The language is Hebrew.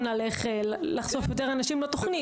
איך אפשר לחשוף יותר אנשים לתוכנית.